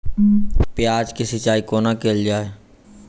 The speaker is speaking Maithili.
प्याज केँ सिचाई कोना कैल जाए?